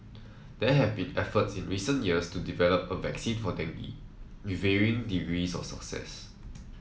there have been efforts in recent years to develop a vaccine for dengue with varying degrees of success